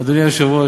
אדוני היושב-ראש,